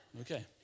Okay